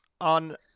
on